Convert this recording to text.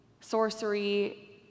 sorcery